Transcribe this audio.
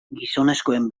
gizonezkoen